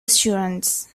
assurance